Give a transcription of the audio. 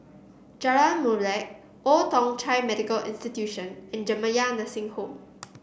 Jalan Molek Old Thong Chai Medical Institution and Jamiyah Nursing Home